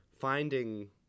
finding